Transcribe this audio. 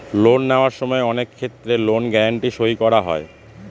loan নেওয়ার সময় অনেক ক্ষেত্রে লোন গ্যারান্টি সই করা হয়